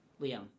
Liam